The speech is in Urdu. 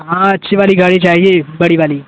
ہاں اچھی والی گاڑی چاہیے بڑی والی